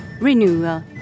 renewal